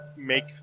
Make